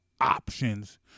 options